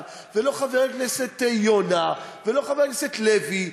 ולא חבר הכנסת יונה ולא חבר הכנסת לוי,